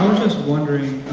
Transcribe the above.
wondering,